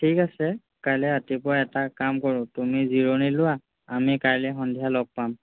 ঠিক আছে কাইলৈ ৰাতিপুৱা এটা কাম কৰোঁ তুমি জিৰণী লোৱা আমি কাইলৈ সন্ধিয়া লগ পাম